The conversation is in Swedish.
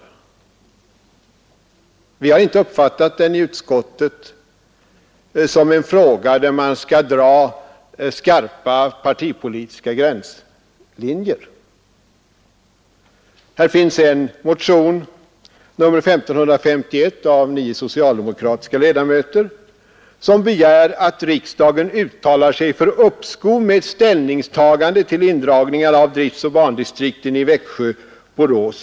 I utskottet har vi inte uppfattat detta som en fråga där man skall dra skarpa, partipolitiska gränslinjer. Här finns en motion, nr 1551, av nio socialdemokratiska ledamöter, som begär att riksdagen uttalar sig för uppskov med ställningstagandet till indragningarna av driftoch bandistriktsenheterna i Växjö, Borås och Umeå.